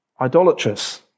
idolatrous